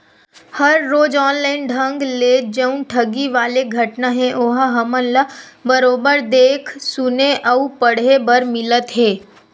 हर रोज ऑनलाइन ढंग ले जउन ठगी वाले घटना हे ओहा हमन ल बरोबर देख सुने अउ पड़हे बर मिलत हे